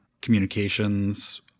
communications